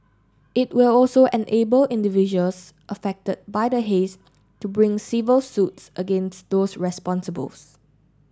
it will also enable individuals affected by the haze to bring civil suits against those responsibles